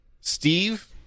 Steve